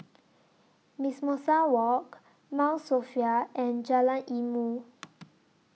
Mimosa Walk Mount Sophia and Jalan Ilmu